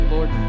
Lord